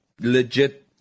legit